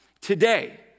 today